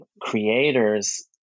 creators